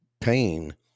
pain